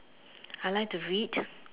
I like to read